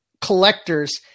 collectors